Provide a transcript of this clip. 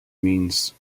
means